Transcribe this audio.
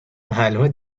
معلومه